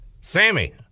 Sammy